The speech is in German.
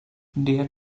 der